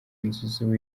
inzu